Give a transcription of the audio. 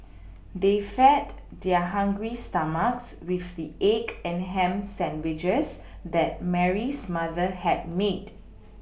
they fed their hungry stomachs with the egg and ham sandwiches that Mary's mother had made